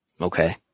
Okay